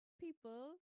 people